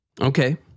Okay